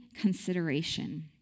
consideration